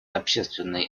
общественной